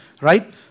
right